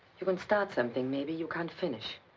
you can start something maybe you can't finish.